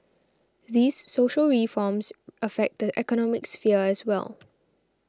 these social reforms affect the economic sphere as well